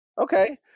Okay